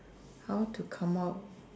how to come out